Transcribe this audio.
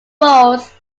roles